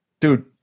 dude